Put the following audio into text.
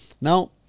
now